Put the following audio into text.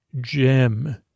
gem